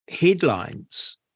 headlines